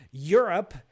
Europe